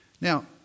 Now